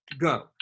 go